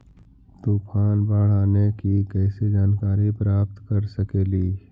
तूफान, बाढ़ आने की कैसे जानकारी प्राप्त कर सकेली?